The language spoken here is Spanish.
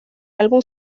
álbum